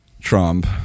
Trump